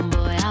Boy